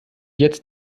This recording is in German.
jetzt